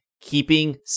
keeping